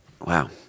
Wow